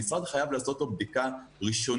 המשרד חייב לעשות לו בדיקה ראשונית.